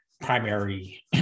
primary